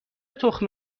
تخم